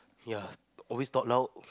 ya always talk loud